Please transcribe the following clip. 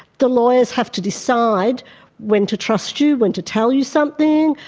the lawyers have to decide when to trust you, when to tell you something,